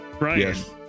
Yes